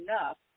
enough